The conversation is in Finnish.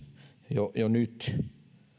jo jo nyt